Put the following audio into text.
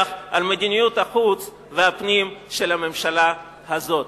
על מדיניות החוץ והפנים של הממשלה הזאת.